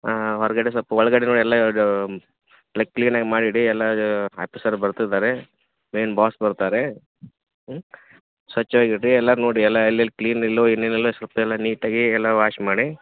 ಹಾಂ ಹೊರಗಡೆ ಸ್ವಲ್ಪ ಒಳಗಡೆ ನೋಡಿ ಎಲ್ಲಾ ಇದ್ ಎಲ್ಲ ಕ್ಲೀನಾಗಿ ಮಾಡಿ ಎಲ್ಲಾ ಆಪೀಸರ್ ಬರ್ತಾ ಇದಾರೆ ಮೇನ್ ಬಾಸ್ ಬರ್ತಾರೆ ಹ್ಞೂ ಸ್ವಚ್ಛವಾಗಿ ಇಡ್ರಿ ಎಲ್ಲ ನೋಡಿ ಎಲ್ಲಾ ಎಲ್ಲೆಲ್ಲಿ ಕ್ಲೀನ್ ಇಲ್ಲವೋ ಏನೇನೆಲ್ಲ ಸುತ್ತೆಲ್ಲ ನೀಟಾಗಿ ಎಲ್ಲ ವಾಶ್ ಮಾಡಿ